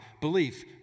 belief